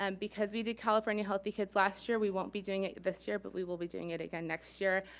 um because we did california healthy kids last year, we won't be doing it this year, but we will be doing it again next year,